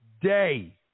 day